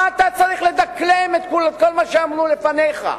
מה אתה צריך לדקלם את כל מה שאמרו לפניך?